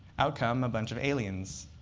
out come a bunch of aliens.